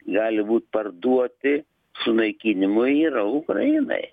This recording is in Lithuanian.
gali būt parduoti sunaikinimui yra ukrainai